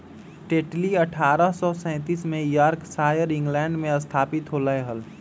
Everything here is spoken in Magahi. टेटली अठ्ठारह सौ सैंतीस में यॉर्कशायर, इंग्लैंड में स्थापित होलय हल